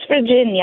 Virginia